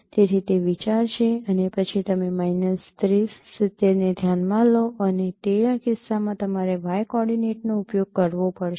તેથી તે વિચાર છે અને પછી તમે માઇનસ ૩૦ ૭૦ ને ધ્યાનમાં લો અને તે આ કિસ્સામાં તમારે y કોર્ડીનેટનો ઉપયોગ કરવો પડશે